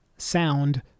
sound